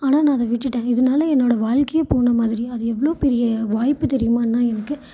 ஆனால் நான் அதை விட்டுட்டேன் இதனால என்னோட வாழ்க்கையே போன மாதிரி அது எவ்வளோ பெரிய வாய்ப்பு தெரியுமா அண்ணா எனக்கு